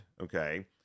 okay